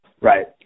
Right